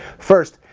first,